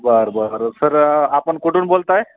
बरं बरं सर आपण कुठून बोलताय